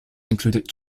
included